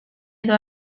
edo